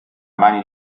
mani